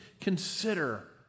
consider